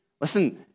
Listen